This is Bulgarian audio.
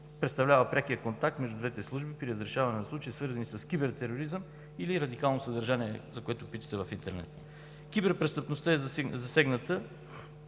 представлява прекия контакт между двете служби при разрешаване на случаи, свързани с кибертероризъм или радикално съдържание, за което писаха в интернет. Киберпрестъпността е залегнала